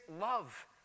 love